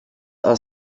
are